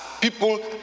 people